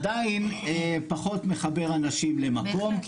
עדיין פחות מחבר אנשים למקום,